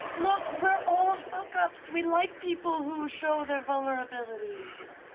look, we're all fuck-ups. we like people who show their vulnerabilities.